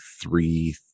three